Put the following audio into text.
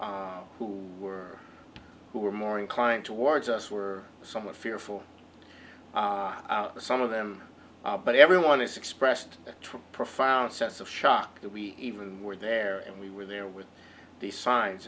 who were who were more inclined towards us were somewhat fearful some of them but everyone has expressed true profound sense of shock that we even were there and we were there with the signs